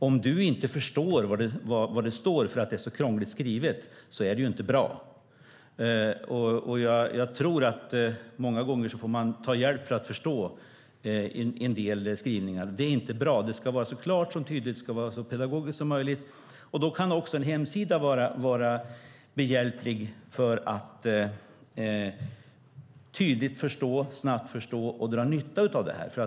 Om man inte förstår vad som står eftersom det är krångligt skrivet är det inte bra. Jag tror att man många gånger måste ta hjälp för att förstå en del skrivningar. Det är inte bra. Det ska vara så klart, tydligt och pedagogiskt som möjligt. Då kan också en hemsida vara behjälplig, för att tydligt och snabbt förstå och dra nytta av detta.